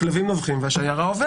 הכלבים נובחים והשיירה עוברת.